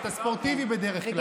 אתה ספורטיבי בדרך כלל.